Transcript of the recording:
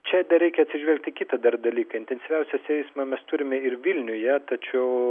čia dar reikia atsižvelgti į kitą dar dalyką intensyviausias eismą mes turime ir vilniuje tačiau